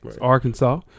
Arkansas